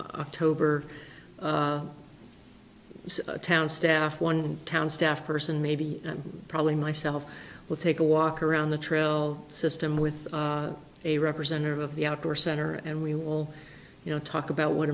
october town staff one town staff person maybe probably myself will take a walk around the trail system with a representative of the outdoor center and we will you know talk about what